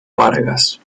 vargas